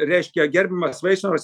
reiškia gerbiamas vaikšnoras